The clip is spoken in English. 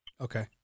Okay